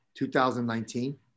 2019